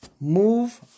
Move